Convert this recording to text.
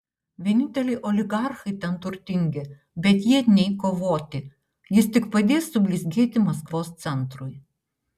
vieninteliai oligarchai ten turtingi bet jie nei kovoti jis tik padės sublizgėti maskvos centrui